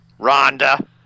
Rhonda